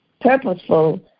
purposeful